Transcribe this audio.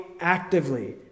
actively